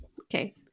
Okay